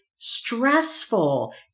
stressful